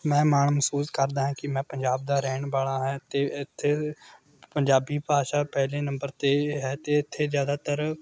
ਮੈਂ ਮਾਣ ਮਹਿਸੂਸ ਕਰਦਾ ਹਾਂ ਕਿ ਮੈਂ ਪੰਜਾਬ ਦਾ ਰਹਿਣ ਵਾਲਾ ਹੈ ਅਤੇ ਇੱਥੇ ਪੰਜਾਬੀ ਭਾਸ਼ਾ ਪਹਿਲੇ ਨੰਬਰ 'ਤੇ ਹੈ ਅਤੇ ਇੱਥੇ ਜ਼ਿਆਦਾਤਰ